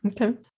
Okay